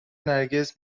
نرگس